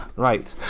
right.